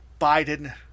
Biden